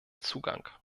zugang